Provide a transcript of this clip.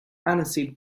aniseed